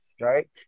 right